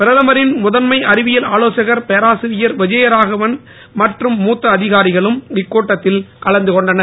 பிரதமரின் முதன்மை அறிவியல் ஆலோசகர் பேராசிரியர் விஜயராகவன் மற்றும் மூத்த அதிகாரிகளும் இக்கூட்டத்தில் கலந்து கொண்டனர்